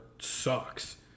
sucks